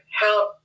help